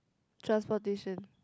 transportation